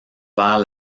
vers